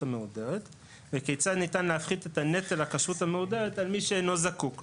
המהודרת וכיצד ניתן להפחית את נטל הכשרות המהודרת ממי שאינו זקוק לה.